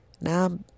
Now